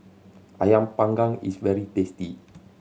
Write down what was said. Ayam Panggang is very tasty